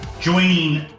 Joining